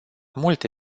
multe